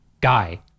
guy